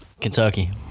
Kentucky